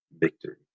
victory